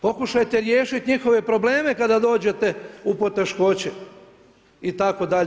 Pokušajte riješiti njihove probleme kada dođete u poteškoće itd.